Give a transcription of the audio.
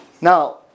Now